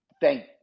thank